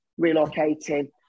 relocating